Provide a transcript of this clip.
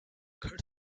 kurt